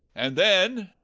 and then?